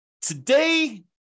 Today